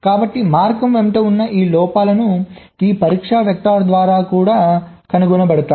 కాబట్టి మార్గం వెంట ఉన్న ఈ లోపాలన్నీ ఈ పరీక్ష వెక్టర్ ద్వారా కూడా కనుగొనబడతాయి